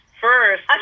First